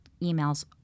emails